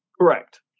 Correct